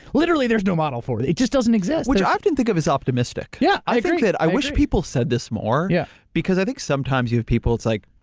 literally there's no model for it. it just doesn't exist. which i often think of as optimistic. yeah, i agree. i wish people said this more, yeah because i think sometimes you have people, it's like,